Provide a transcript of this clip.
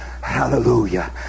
hallelujah